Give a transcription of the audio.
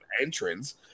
entrance